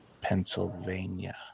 Pennsylvania